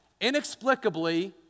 inexplicably